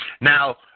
Now